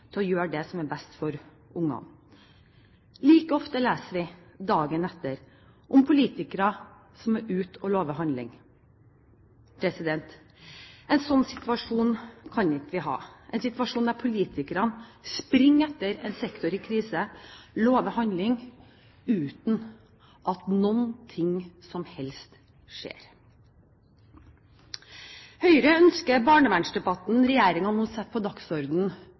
til å gjøre det som er best for barna. Like ofte leser vi dagen etter om politikere som er ute og lover handling. En sånn situasjon kan vi ikke ha – en situasjon der politikerne løper etter en sektor i krise og lover handling, uten at det skjer noe som helst. Høyre ønsker barnevernsdebatten regjeringen nå setter på